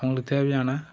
அவங்களுக்கு தேவையான